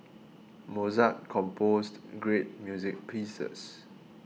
Mozart composed great music pieces